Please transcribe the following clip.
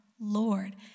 Lord